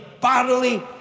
bodily